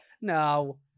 No